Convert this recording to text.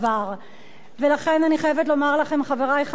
ולכן אני חייבת לומר לכם, חברי חברי הכנסת,